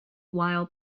while